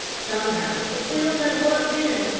sometimes the quills had worked in,